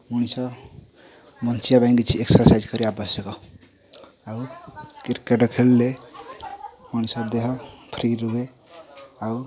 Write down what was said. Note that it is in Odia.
ମଣିଷ ବଞ୍ଚିବା ପାଇଁ କିଛି ଏକ୍ସରସାଇଜ କରିବା ଆବଶ୍ୟକ ଆଉ କ୍ରିକେଟ ଖେଳିଲେ ମଣିଷ ଦେହ ଫ୍ରି ରୁହେ ଆଉ